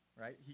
right